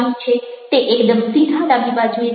તે એકદમ સીધા ડાબી બાજુએ છે